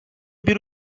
bir